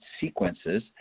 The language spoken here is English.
sequences